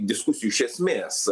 diskusijų iš esmės